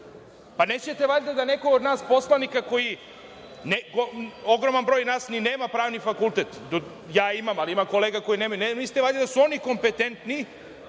Nećete valjda da neko od nas poslanika, a ogroman broj nas ni nema pravni fakultet, ja imam, ali ima kolega koji nemaju, pa ne mislite valjda da su oni kompetentni